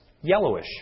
yellowish